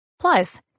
Plus